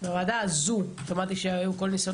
בוועדה הזו שמעתי שהיו כל מיני ניסיונות